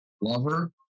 lover